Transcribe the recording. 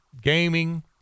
gaming